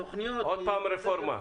עוד פעם רפורמה.